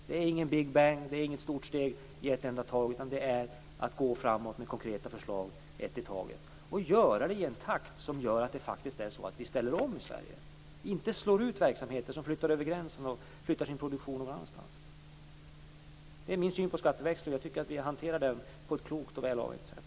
Det är ingen big bang, inget stort steg på en gång, men det är att gå framåt med konkreta förslag, ett i taget. Vi gör det också i en takt som gör att vi faktiskt ställer om Sverige, inte slår ut verksamheter så att de flyttar över gränsen och förlägger sin produktion någon annanstans. Detta är min syn på skatteväxling. Jag tycker att vi hanterar den på ett klokt och välavvägt sätt.